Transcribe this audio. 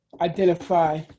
identify